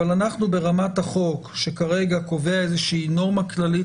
אבל אנחנו ברמת החוק שכרגע קובע איזושהי נורמה כללית